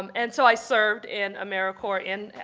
um and so i served in americorps in,